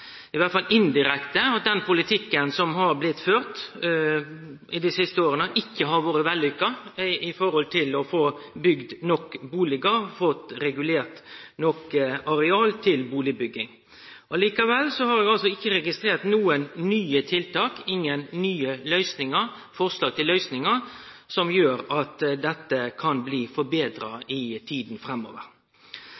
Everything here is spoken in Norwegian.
i alle fall indirekte – at den politikken som har blitt ført dei siste åra, ikkje har vore vellukka i forhold til å få bygt nok bustadar, fått regulert nok areal til bustadbygging. Likevel har eg ikkje registrert nokon nye tiltak, ingen nye forslag til løysingar som gjer at dette kan bli forbetra